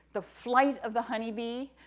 the flight of the honeybee,